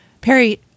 Perry